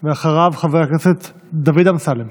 אחריו, חבר הכנסת דוד אמסלם.